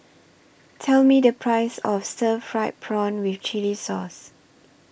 Tell Me The Price of Stir Fried Prawn with Chili Sauce